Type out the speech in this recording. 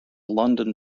london